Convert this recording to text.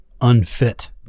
unfit